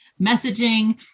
messaging